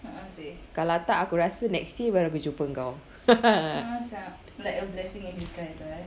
kalau tak aku rasa next year baru aku jumpa kau